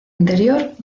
interior